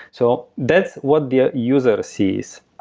so that's what the ah user ah sees.